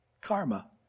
karma